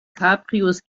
cabrios